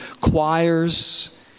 choirs